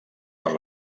per